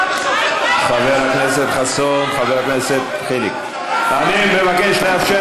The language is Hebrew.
חבר הכנסת חסון, חבר הכנסת חיליק, אני מבקש לאפשר